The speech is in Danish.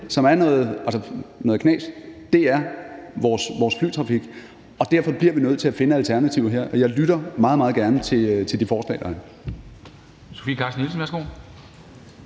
der er knas med , er vores flytrafik, og derfor bliver vi nødt til at finde alternativer her, og jeg lytter meget, meget gerne til de forslag, der er.